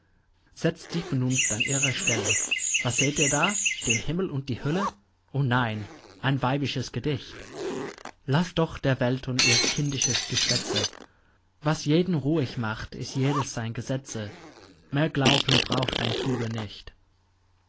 setzt die vernunft an ihre stelle was seht ihr da den himmel und die hölle o nein ein weibisches gedicht laßt doch der welt ihr kindisches geschwätze was jeden ruhig macht ist jedes sein gesetze mehr glaubt und braucht ein kluger nicht